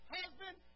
husband